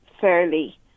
fairly